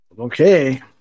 Okay